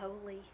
holy